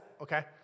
okay